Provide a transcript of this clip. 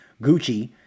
Gucci